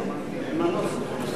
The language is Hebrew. אין מנוס.